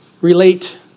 relate